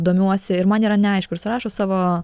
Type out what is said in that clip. domiuosi ir man yra neaišku ir rašo savo